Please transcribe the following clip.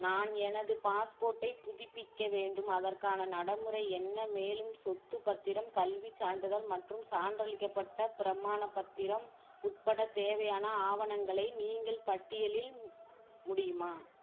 நான் எனது பாஸ்போர்ட்டை புதுப்பிக்க வேண்டும் அதற்கான நடைமுறை என்ன மேலும் சொத்து பத்திரம் கல்விச் சான்றிதழ் மற்றும் சான்றளிக்கப்பட்ட பிரமாணப் பத்திரம் உட்பட தேவையான ஆவணங்களை நீங்கள் பட்டியலில் முடியுமா